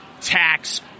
Tax